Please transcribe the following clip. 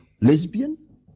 Lesbian